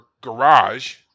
garage